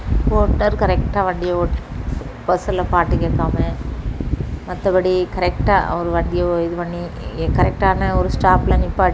ஓட்டுநர் கரெக்டாக வண்டியை ஓட்டி பஸ்ஸில் பாட்டுக் கேட்காம மற்றப்படி கரெக்டாக அவர் வண்டியை இது பண்ணி கரெக்டான ஒரு ஸ்டாப்பில் நிற்பாட்டி